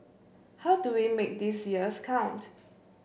how do we make these years count